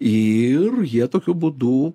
ir jie tokiu būdu